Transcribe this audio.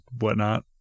whatnot